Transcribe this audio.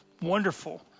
wonderful